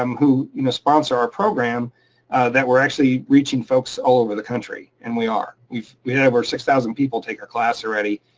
um who you know sponsor our program that we're actually reaching folks all over the country. and we are. we have over six thousand people take our class already,